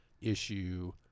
issue